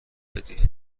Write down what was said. دادی